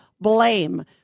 blame